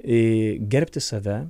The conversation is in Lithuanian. į gerbti save